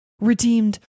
redeemed